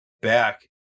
back